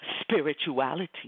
spirituality